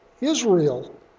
Israel